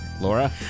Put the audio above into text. Laura